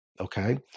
Okay